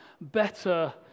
better